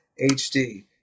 hd